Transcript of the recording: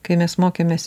kai mes mokėmės